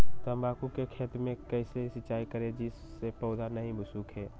तम्बाकू के खेत मे कैसे सिंचाई करें जिस से पौधा नहीं सूखे?